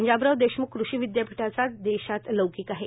पंजाबराव देशमुख कृषी विदयापीठाचा नाव देशात लौकिक आहे